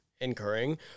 incurring